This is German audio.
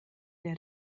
der